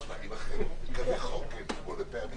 הצבעה בעד, 1 נמנעים,